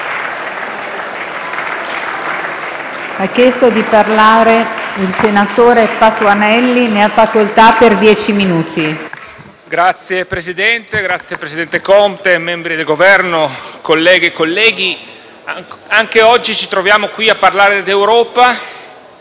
Signor Presidente, presidente Conte, membri del Governo, colleghe e colleghi, anche oggi ci troviamo qui a parlare d'Europa